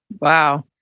Wow